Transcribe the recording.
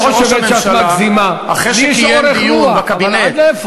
כל מערכת המשפט בארץ,